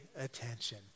attention